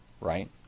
right